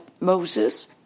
Moses